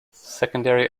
secondary